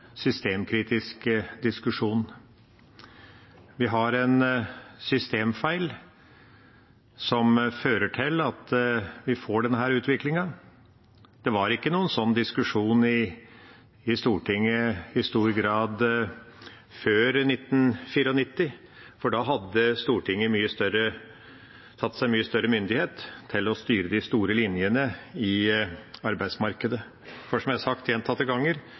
systemkritisk diskusjon. Vi har en systemfeil som fører til at vi får denne utviklingen. Det var ikke noen sånn diskusjon i Stortinget i stor grad før 1994, for da hadde Stortinget tatt seg mye større myndighet til å styre de store linjene i arbeidsmarkedet. Som jeg har sagt gjentatte ganger: